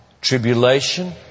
Tribulation